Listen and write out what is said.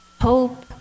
hope